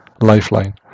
lifeline